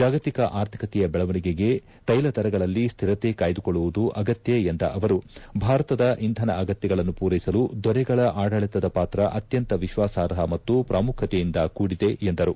ಜಾಗತಿಕ ಆರ್ಥಿಕತೆಯ ಬೆಳವಣಿಗೆಗೆ ತೈಲದರಗಳಲ್ಲಿ ಸ್ವಿರತೆ ಕಾಯ್ದುಕೊಳ್ಳುವುದು ಅಗತ್ಯ ಎಂದ ಅವರು ಭಾರತದ ಇಂಧನ ಅಗತ್ಯಗಳನ್ನು ಪೂರೈಸಲು ದೊರೆಗಳ ಆಡಳಿತದ ಪಾತ್ರ ಅತ್ಯಂತ ವಿಶ್ವಾಸಾರ್ಹ ಮತ್ತು ಪ್ರಾಮುಖ್ಯತೆಯಿಂದ ಕೂಡಿದೆ ಎಂದರು